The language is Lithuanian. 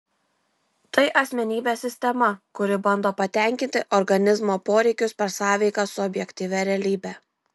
tai asmenybės sistema kuri bando patenkinti organizmo poreikius per sąveiką su objektyvia realybe